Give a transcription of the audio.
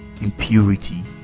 impurity